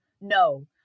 No